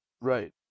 Right